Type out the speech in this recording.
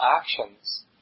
actions